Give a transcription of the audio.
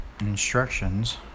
instructions